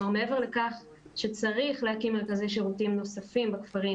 מעבר לכך שצריך להקים מרכזי שירותים נוספים בכפרים